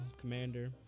commander